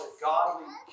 Godly